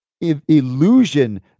illusion